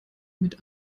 mit